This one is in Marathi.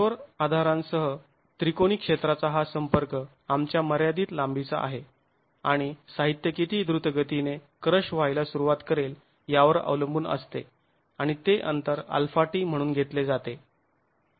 कठोर धारांसह त्रिकोणी क्षेत्राचा हा संपर्क आमच्या मर्यादित लांबीचा आहे आणि साहित्य किती द्रुतगतीने क्रश व्हायला सुरुवात करेल यावर अवलंबून असते आणि ते अंतर αt म्हणून घेतले जाते